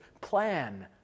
plan